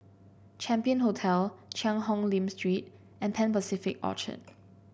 Champion Hotel Cheang Hong Lim Street and Pan Pacific Orchard